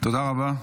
תודה רבה.